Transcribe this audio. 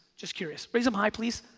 just curious, raise em high please,